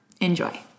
Enjoy